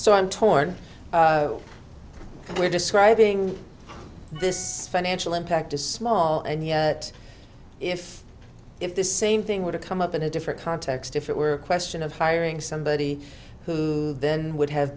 so i'm torn we're describing this financial impact is small and yet if if the same thing would have come up in a different context if it were a question of hiring somebody who then would have